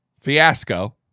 fiasco